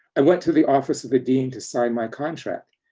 i went to the office of the dean to sign my contract.